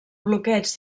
bloqueig